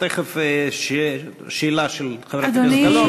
תכף שאלה של חברת הכנסת גלאון,